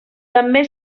també